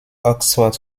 oxford